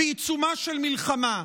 בעיצומה של מלחמה.